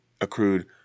accrued